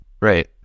Right